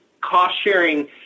cost-sharing